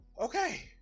okay